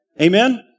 Amen